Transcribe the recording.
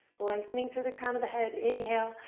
lengthening through the crown of the head. inhale.